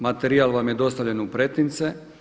Materijal vam je dostavljen u pretince.